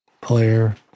player